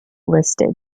listed